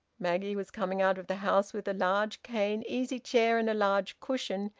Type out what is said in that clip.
maggie was coming out of the house with a large cane easy-chair and a large cushion.